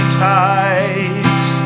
ties